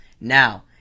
Now